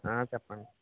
చెప్పండి